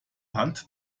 hand